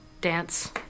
dance